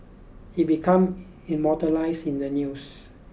it become immortalised in the news